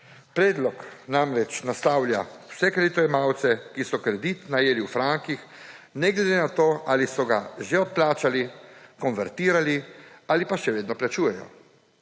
Predlog namreč naslavlja vse kreditojemalce, ki so kredit najeli v frankih, ne glede na to, ali so ga že odplačali, konvertirali ali pa še vedno plačujejo.